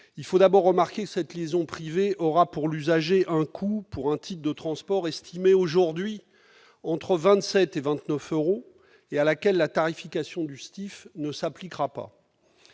me faut d'abord faire remarquer que cette liaison privée aura pour l'usager un coût : le titre de transport est estimé aujourd'hui entre 27 et 29 euros et la tarification du STIF ne s'y appliquera pas.